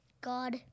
God